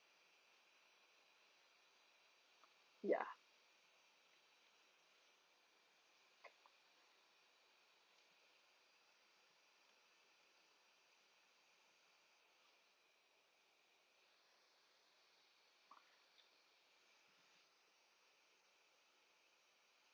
ya